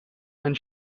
and